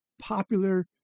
popular